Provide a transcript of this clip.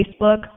Facebook